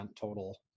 total